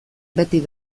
beti